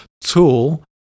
tool